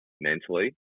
mentally